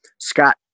Scott